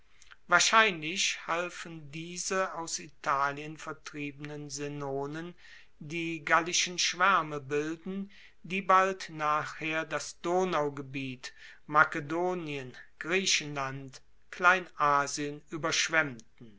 wahrscheinlich halfen diese aus italien vertriebenen senonen die gallischen schwaerme bilden die bald nachher das donaugebiet makedonien griechenland kleinasien ueberschwemmten